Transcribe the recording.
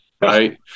right